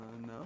No